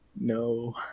No